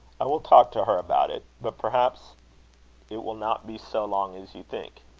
i will talk to her about it. but perhaps it will not be so long as you think.